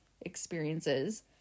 experiences